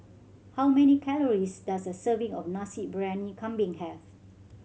how many calories does a serving of Nasi Briyani Kambing have